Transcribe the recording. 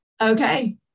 Okay